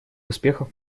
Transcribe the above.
успехов